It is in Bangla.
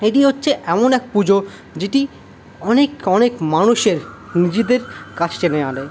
এটি হচ্ছে এমন এক পুজো যেটি অনেক অনেক মানুষের নিজেদের কাছ টেনে আনে